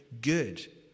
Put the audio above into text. good